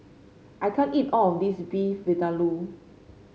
I can't eat all of this Beef Vindaloo